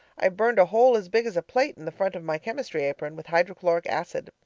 i've burned a hole as big as a plate in the front of my chemistry apron, with hydrochloric acid.